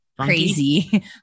crazy